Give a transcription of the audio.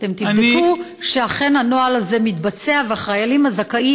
אתם תבדקו שאכן הנוהל הזה מתבצע והחיילים הזכאים,